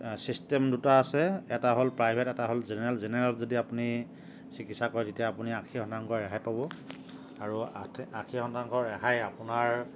system দুটা আছে এটা হ'ল প্ৰাইভেট আৰু এটা হ'ল জেনেৰেল জেনেৰেলত যদি আপুনি চিকিৎসা কৰে তেতিয়া আপুনি আশী শতাংশ ৰেহাই পাব আৰু আতি আশী শতাংশ ৰেহাই আপোনাৰ